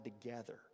together